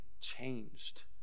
changed